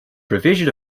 provision